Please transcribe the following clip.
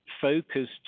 focused